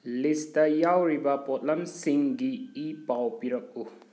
list ꯌꯥꯎꯔꯤꯕ ꯄꯣꯠꯂꯝꯁꯤꯡꯒꯤ ꯏ ꯄꯥꯎ ꯄꯤꯔꯛꯎ